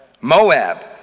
Moab